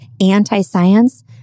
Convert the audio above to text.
anti-science